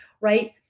right